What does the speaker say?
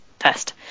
Test